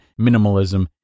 minimalism